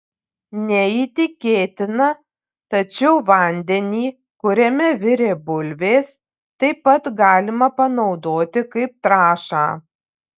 neįtikėtina tačiau vandenį kuriame virė bulvės taip pat galima panaudoti kaip trąšą